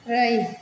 ब्रै